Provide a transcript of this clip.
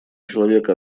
человека